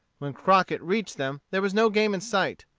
when crockett reached them there was no game in sight.